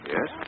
Yes